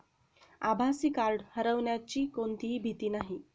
आभासी कार्ड हरवण्याची कोणतीही भीती नाही